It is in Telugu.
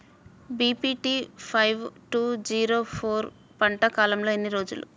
BPT five two zero four పంట కాలంలో ఎన్ని రోజులు?